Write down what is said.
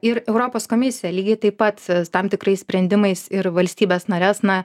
ir europos komisija lygiai taip pat tam tikrais sprendimais ir valstybes nares na